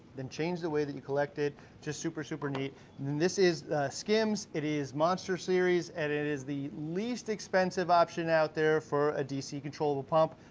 then change the way that you collect it, just super, super neat. and then this is skimz, it is monzter series, and it is the least expensive option out there for a dc controllable pump.